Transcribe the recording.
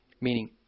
meaning